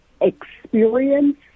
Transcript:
experience